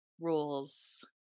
Rules